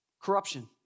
corruption